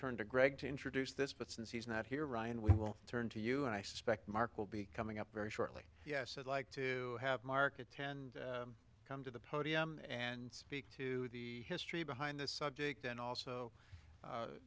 turn to greg to introduce this but since he's not here ryan we will turn to you and i suspect mark will be coming up very shortly yes i'd like to have mark attend come to the podium and speak to history behind this subject and also